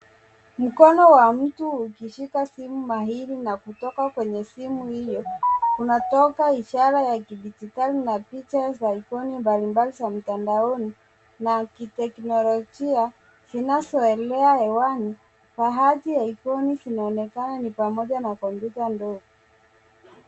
Mkono wa mtu ukishika simu mahiri na kutoka kwenye simu hiyo kunatoka ishara ya kidijitali na picha za ikoni mbalimbali za mtandaoni na kiteknolojia zinazoelea hewani. Baadhi ya ikoni zinaonekana ni pamoja na kompyuta ndogo.